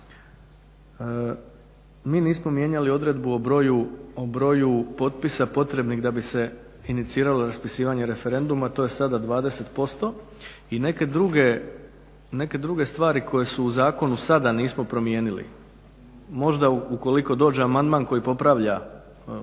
Mi nismo mijenjali odredbu o broju potpisa potrebnih da bi se iniciralo raspisivanje referenduma, to je sada 20% i neke druge stvari koje su u zakonu sada nismo promijenili. Možda ukoliko dođe amandman koji popravlja,